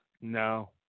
No